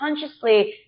consciously